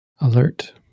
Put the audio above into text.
alert